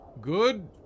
good